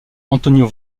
antonio